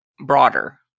broader